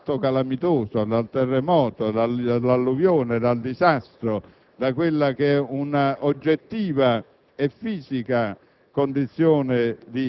dal fatto calamitoso, dal terremoto, dall'alluvione, dal disastro, da un'oggettiva e fisica